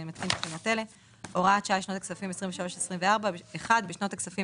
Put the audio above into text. אני מתקין תקנות אלה: הוראת שעה לשנות הכספים 2024-2023. 1. בשנות הכספים